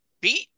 beat